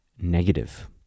Negative